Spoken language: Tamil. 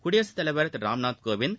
குடியரசுத் தலைவா் திரு ராம்நாத்கோவிந்த்